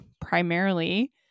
primarily